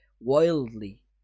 wildly